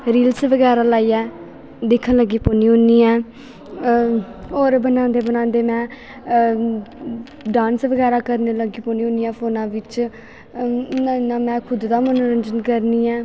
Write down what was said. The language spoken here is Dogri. रील्स बगैरा लाइयै दिक्खन लगी पौन्नी होन्नी ऐं होर बनांदे बनांदे में डांस बगैरा करन लग्गी पौन्नी होन्नी आं फोनां बिच्च इ'यां इ'यां में खुद दा मनोरंजन करनी ऐं